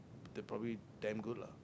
they probably damn good lah